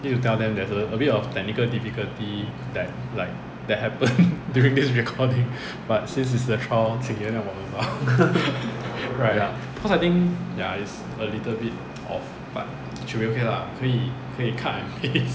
need to tell them that there's a bit of technical difficulty that like that happen during this recording but since it's the trial 请原谅我们吧 right cause I think